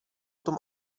tom